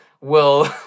Will-